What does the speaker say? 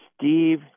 Steve